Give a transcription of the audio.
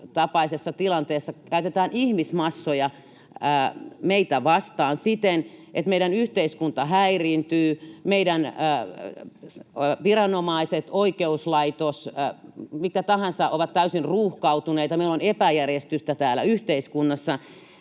tapaisessa tilanteessa käytetään ihmismassoja meitä vastaan siten, että meidän yhteiskunta häiriintyy, meidän viranomaiset, oikeuslaitos ja mikä tahansa ovat täysin ruuhkautuneita, meillä on epäjärjestystä täällä yhteiskunnassa,